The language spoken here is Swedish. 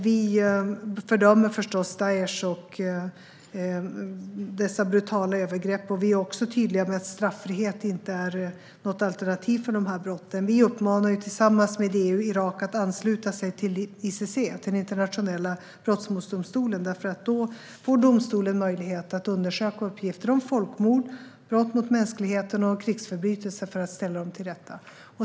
Vi fördömer förstås Daish och dessa brutala övergrepp. Vi är också tydliga med att straffrihet inte är något alternativ för de här brotten. Tillsammans med EU uppmuntrar vi Irak att ansluta sig till ICC, den internationella brottmålsdomstolen. Gör de det får domstolen möjlighet att undersöka uppgifter om folkmord, brott mot mänskligheten och krigsförbrytelser för att kunna ställa dem till rätta.